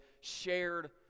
shared